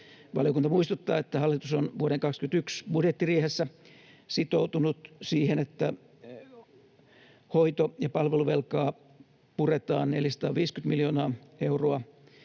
Valiokunta muistuttaa, että hallitus on vuoden 21 budjettiriihessä sitoutunut siihen, että hoito- ja palveluvelkaa puretaan 450 miljoonaa euroa